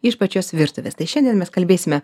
iš pačios virtuvės tai šiandien mes kalbėsime